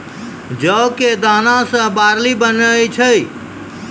जौ कॅ दाना सॅ बार्ली बनै छै